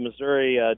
Missouri